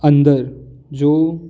अन्दर जो